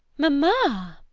mamma!